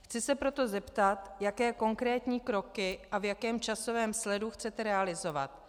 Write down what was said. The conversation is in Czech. Chci se proto zeptat, jaké konkrétní kroky a v jakém časovém sledu chcete realizovat.